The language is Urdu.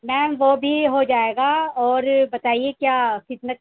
میم وہ بھی ہو جائے گا اور بتائیے کیا کس میں